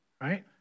right